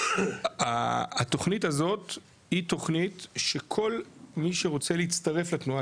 ה-ל"ד והתוכנית הזאת היא תוכנית שכל מי שרוצה להצטרף לתנועה